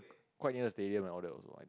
quite near to Stadium and all those right